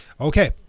Okay